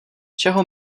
čeho